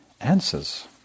answers